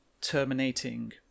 terminating